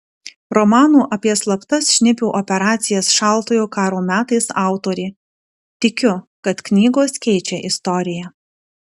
romano apie slaptas šnipių operacijas šaltojo karo metais autorė tikiu kad knygos keičia istoriją